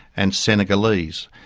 and senegalese.